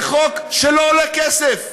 זה חוק שלא עולה כסף,